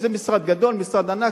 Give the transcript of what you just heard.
זה משרד ענק,